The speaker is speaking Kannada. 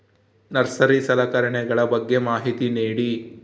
ನರ್ಸರಿ ಸಲಕರಣೆಗಳ ಬಗ್ಗೆ ಮಾಹಿತಿ ನೇಡಿ?